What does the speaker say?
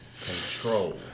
Control